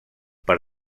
per